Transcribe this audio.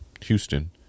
Houston